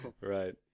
right